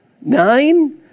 Nine